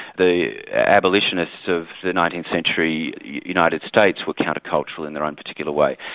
the abolitionists of the nineteenth century united states were counter-cultural in their own particular way.